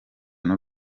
n’u